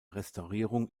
restaurierung